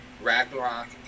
Ragnarok